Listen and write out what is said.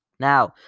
Now